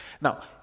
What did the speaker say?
Now